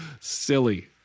Silly